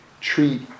treat